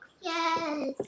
Yes